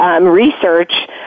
research